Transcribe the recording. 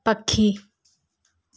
पखी